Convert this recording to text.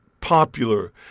popular